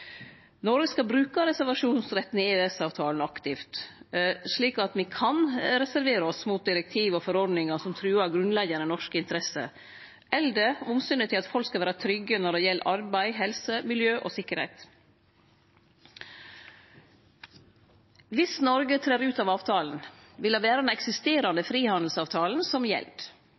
Noreg skal bruke reservasjonsretten i EØS-avtalen aktivt, slik at me kan reservere oss mot direktiv og forordningar som truar grunnleggjande norske interesser, eller omsynet til at folk skal vere trygge når det gjeld arbeid, helse, miljø og sikkerheit. Dersom Noreg trer ut av avtalen, vil det vere den eksisterande frihandelsavtalen som gjeld.